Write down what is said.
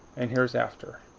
and here's after.